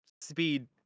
speed